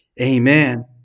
Amen